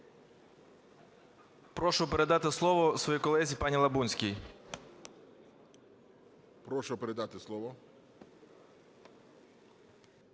Прошу передати слово своїй колезі пані Лабунській. ГОЛОВУЮЧИЙ. Прошу передати слово.